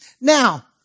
Now